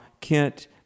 Kent